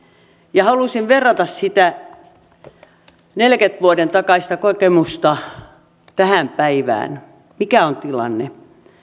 ja halusin verrata sitä neljänkymmenen vuoden takaista kokemusta tähän päivään mikä on tilanne